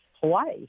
Hawaii